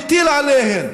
שהחוק מטיל עליהן